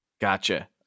Gotcha